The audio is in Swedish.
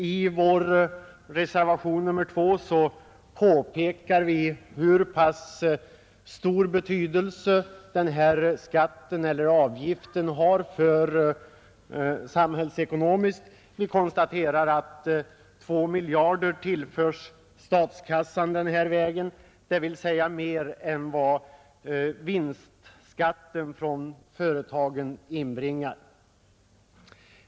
I reservationen 2 påpekar vi hur stor betydelse den här skatten eller avgiften har samhällsekonomiskt. Vi konstaterar att 2 miljarder kronor tillförs statskassan den här vägen, dvs. mer än vad vinstskatten från företagen inbringar.